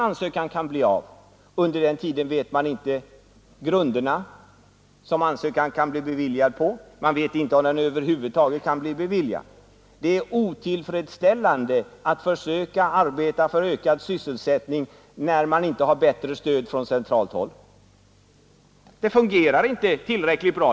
Och under den tiden vet man inte grunderna för att få en sådan ansökan beviljad — ja, man vet inte ens om den över huvud taget kan bli beviljad. Det är otillfredsställande att försöka arbeta för ökad sysselsättning, när man inte har bättre stöd från centralt håll. Det fungerar inte tillräckligt bra.